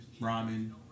Ramen